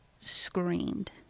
screamed